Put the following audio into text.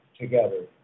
together